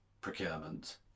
procurement